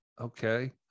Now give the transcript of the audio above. Okay